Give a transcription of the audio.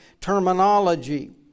terminology